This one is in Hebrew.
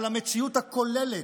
על המציאות הכוללת.